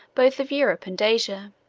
both of europe and asia.